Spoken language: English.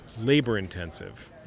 labor-intensive